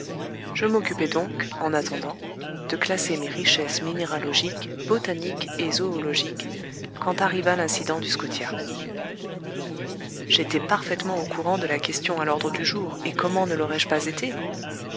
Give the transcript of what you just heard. je m'occupais donc en attendant de classer mes richesses minéralogiques botaniques et zoologiques quand arriva l'incident du scotia j'étais parfaitement au courant de la question à l'ordre du jour et comment ne l'aurais-je pas été